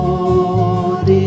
Lord